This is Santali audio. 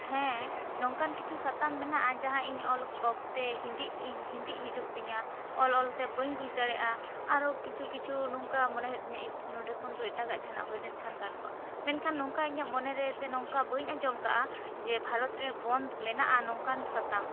ᱦᱮᱸ ᱱᱚᱝᱠᱟᱱ ᱠᱤᱪᱷᱩ ᱥᱟᱛᱟᱢ ᱢᱮᱱᱟᱜᱼᱟ ᱡᱟᱦᱟᱸ ᱤᱧ ᱚᱞ ᱚᱠᱛᱮ ᱦᱤᱫᱤᱜ ᱤᱧ ᱦᱤᱫᱤᱜ ᱦᱤᱹᱡᱩᱜ ᱛᱤᱧᱟᱹ ᱚᱞ ᱚᱞ ᱛᱮ ᱵᱟᱹᱧ ᱵᱩᱡᱽ ᱫᱟᱲᱮᱭᱟᱜᱼᱟ ᱟᱨᱚ ᱠᱤᱪᱷᱩ ᱠᱤᱪᱷᱩ ᱱᱚᱝᱠᱟ ᱢᱚᱱᱮ ᱦᱩᱭᱩᱜ ᱛᱤᱧᱟᱹ ᱤᱥ ᱱᱚᱸᱰᱮ ᱠᱷᱚᱱ ᱫᱚ ᱮᱴᱟᱜᱟᱜ ᱡᱟᱦᱟᱱᱟᱜ ᱦᱩᱭ ᱞᱮᱱ ᱠᱷᱟᱱ ᱜᱟᱱ ᱠᱚᱜᱼᱟ ᱢᱮᱱᱠᱦᱟᱱ ᱱᱚᱝᱠᱟ ᱤᱧᱟᱹᱜ ᱢᱚᱱᱮ ᱨᱮ ᱥᱮ ᱱᱚᱝᱠᱟ ᱵᱟᱹᱧ ᱟᱸᱡᱚᱢ ᱠᱟᱜᱼᱟ ᱡᱮ ᱵᱷᱟᱨᱚᱛ ᱨᱮ ᱵᱚᱫᱽ ᱢᱮᱱᱟᱜᱼᱟ ᱱᱚᱝᱠᱟᱱ ᱥᱟᱛᱟᱢ